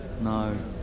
No